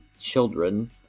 children